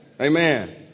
Amen